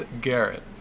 Garrett